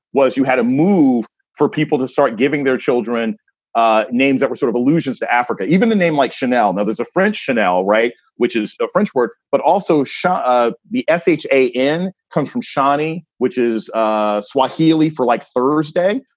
was you had a move for people to start giving their children ah names that were sort of allusions to africa, even the name like chanel. now there's a french chanel. right, which is a french word, but also shot ah the s h. in comes from shawny, which is ah swahili for like thursday.